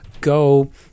go